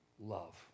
Love